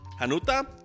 Hanuta